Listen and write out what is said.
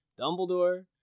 Dumbledore